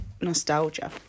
nostalgia